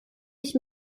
ich